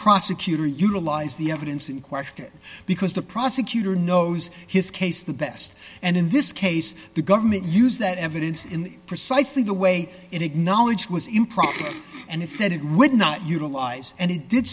prosecutor utilize the evidence in question because the prosecutor knows his case the best and in this case the government used that evidence in precisely the way it acknowledged was improper and he said it would not utilize and it did